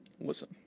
Listen